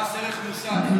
מס ערך מוסף.